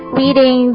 reading